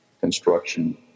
construction